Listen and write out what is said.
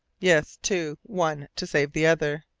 yes, two one to save the other.